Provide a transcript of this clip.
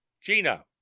Gina